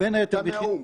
אתה מהאו"ם.